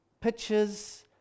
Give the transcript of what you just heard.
pictures